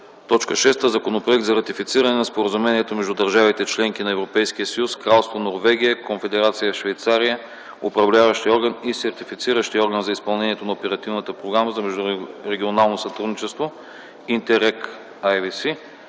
относно Законопроект за ратифициране на Споразумението между държавите – членки на Европейския съюз, Кралство Норвегия, Конфедерация Швейцария, Управляващия орган и Сертифициращия орган за изпълнението на Оперативна програма за междурегионално сътрудничество „Интеррег ІVС”,